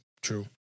True